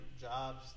jobs